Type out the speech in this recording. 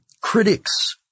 critics